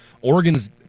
Oregon's